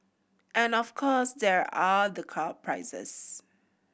and of course there are the car prices